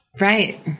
Right